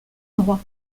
droit